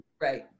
right